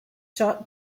shot